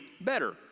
better